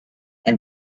and